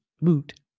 moot